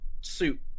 suit